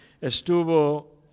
estuvo